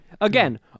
Again